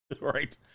Right